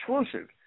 exclusive